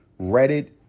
Reddit